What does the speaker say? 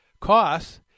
costs